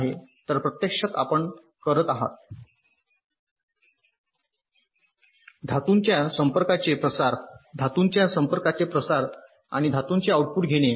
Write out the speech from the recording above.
तर प्रत्यक्षात आपण करत आहात धातूच्या संपर्काचे प्रसार आणि धातूचे आउटपुट घेणे